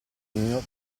mio